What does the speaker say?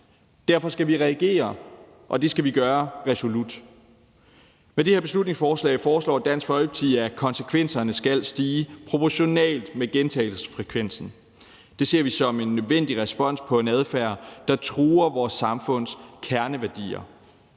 Derfor skal vi reagere, og det skal vi gøre resolut. Med det her beslutningsforslag foreslår Dansk Folkeparti, at konsekvenserne skal stige proportionalt med gentagelsesfrekvensen. Det ser vi som en nødvendig respons på en adfærd, der truer vores samfunds kerneværdier.